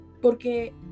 Porque